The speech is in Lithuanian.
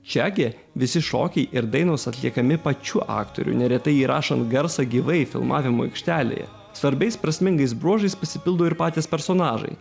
čiagi visi šokiai ir dainos atliekami pačių aktorių neretai įrašant garsą gyvai filmavimo aikštelėje svarbiais prasmingais bruožais pasipildo ir patys personažai